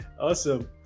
awesome